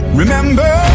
remember